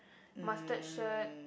mustard shirt